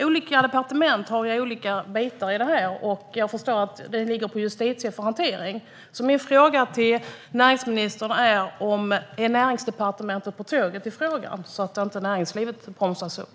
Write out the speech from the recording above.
Olika departement har olika delar när det gäller detta, och jag förstår att det ligger på Justitiedepartementet för hantering. Min fråga till näringsministern är: Är Näringsdepartementet med på tåget i frågan så att inte näringslivet bromsas upp?